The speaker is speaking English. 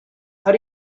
how